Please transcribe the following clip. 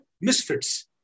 misfits